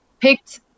picked